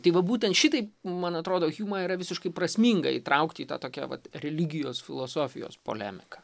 tai va būtent šitaip man atrodo hjumą yra visiškai prasminga įtraukti į tokią vat religijos filosofijos polemiką